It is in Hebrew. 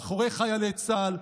מאחורי חיילי צה"ל.